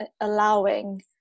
allowing